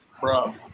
bro